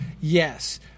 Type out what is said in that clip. Yes